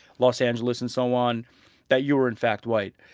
los angeles and so on that you were in fact white.